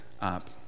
up